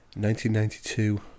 1992